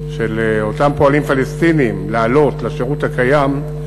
של אותם פועלים פלסטינים לעלות לשירות הקיים,